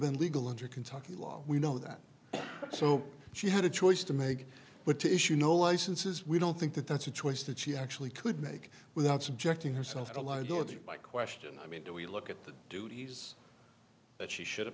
been legal under kentucky law we know that so she had a choice to make but to issue no licenses we don't think that that's a choice that she actually could make without subjecting herself to life dorothy my question i mean do we look at the duties that she should have